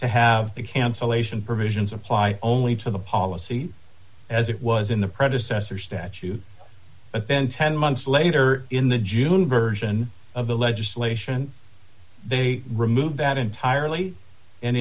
to have the cancellation provisions apply only to the policy as it was in the predecessor statute but then ten months later in the june version of the legislation they removed that entirely and